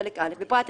בחלק א',בפרט 1,